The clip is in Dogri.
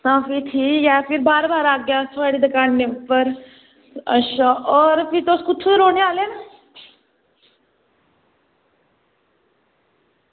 तां भी ठीक ऐ तां भी अस बार बार आह्गे थुआढ़ी दुकानै उप्पर अच्छा भी होर तुस कुत्थूं दे रौहने आह्ले न